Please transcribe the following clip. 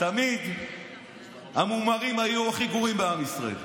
תמיד המומרים היו הכי גרועים בעם ישראל.